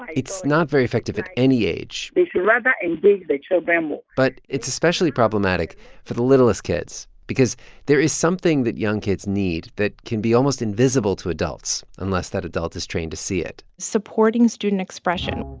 um it's not very effective at any age they should rather engage the children um but it's especially problematic for the littlest kids because there is something that young kids need that can be almost invisible to adults unless that adult is trained to see it supporting student expression,